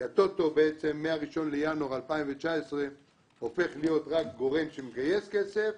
כי הטוטו מה-1 בינואר 2019 הופך להיות גורם שרק מגייס כסף